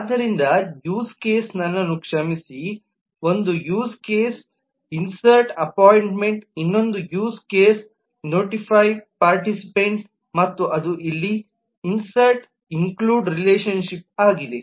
ಆದ್ದರಿಂದ ಒಂದು use case ನನ್ನನ್ನು ಕ್ಷಮಿಸಿ ಒಂದು ಯೂಸ್ ಕೇಸ್ ಇನ್ಸರ್ಟ್ ಅಪ್ಪೋಯಿಂಟ್ಮೆಂಟ್ ಇನ್ನೊಂದು ಯೂಸ್ ಕೇಸ್ ನೋಟಿಫ್ಯ್ ಪಾರ್ಟಿಸಿಪೇನ್ಟ್ ಮತ್ತು ಅಲ್ಲಿ ಇದು ಇನ್ಸರ್ಟ್ನಿಂದ ಇನ್ಕ್ಲ್ಯೂಡ್ ರಿಲೇಶನ್ಶಿಪ್ಆಗಿದೆ